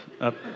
up